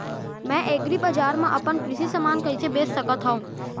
मैं एग्रीबजार मा अपन कृषि समान कइसे बेच सकत हव?